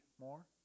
more